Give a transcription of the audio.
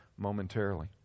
momentarily